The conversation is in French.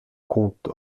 compte